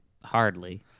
Hardly